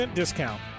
discount